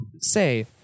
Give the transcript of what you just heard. say